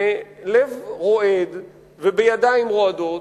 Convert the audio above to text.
בלב רועד ובידיים רועדות,